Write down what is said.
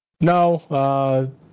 No